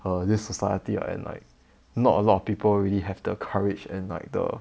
err this society lah and like not a lot of people really have the courage and like the